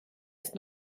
ist